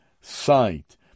sight